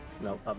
No